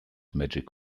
magic